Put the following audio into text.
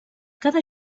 cada